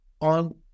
On